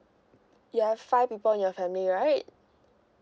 ya five people in your family right